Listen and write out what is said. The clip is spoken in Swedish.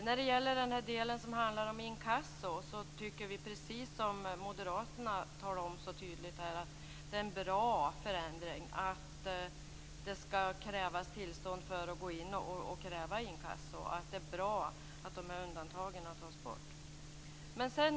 När det gäller den del som handlar om inkasso, tycker vi precis som Moderaterna, nämligen att det är en bra förändring att det skall krävas tillstånd för att gå in och kräva inkasso, att det är bra att dessa undantag tas bort.